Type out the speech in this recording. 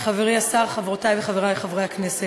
חברי השר, חברותי וחברי חברי הכנסת,